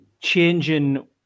changing